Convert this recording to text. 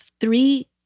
three